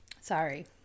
sorry